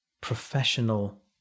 professional